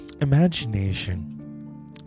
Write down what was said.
imagination